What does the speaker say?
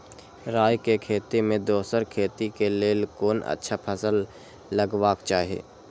राय के खेती मे दोसर खेती के लेल कोन अच्छा फसल लगवाक चाहिँ?